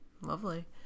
lovely